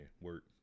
work